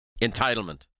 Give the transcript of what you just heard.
Entitlement